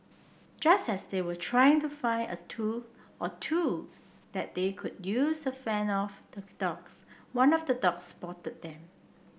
just as they were trying to find a tool or two that they could use to fend off the dogs one of the dogs spotted them